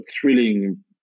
thrilling